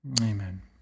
amen